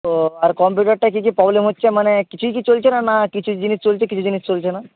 ও আর কম্পিউটারটায় কি কি প্রবলেম হচ্ছে মানে কিছুই কি চলছে না না কিছু জিনিস চলছে কিছু জিনিস চলছে না